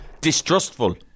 distrustful